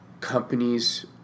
companies